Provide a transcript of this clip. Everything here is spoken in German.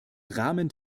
rahmen